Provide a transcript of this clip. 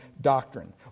doctrine